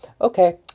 okay